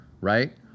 right